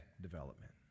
development